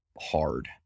hard